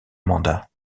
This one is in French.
mandat